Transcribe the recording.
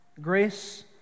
Grace